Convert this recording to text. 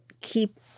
keep